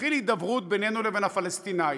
כשתתחיל הידברות בינינו לבין הפלסטינים,